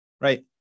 right